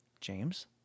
James